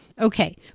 Okay